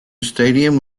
stadium